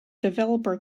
developer